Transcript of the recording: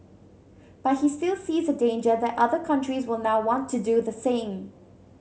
but he still sees a danger that other countries will now want to do the same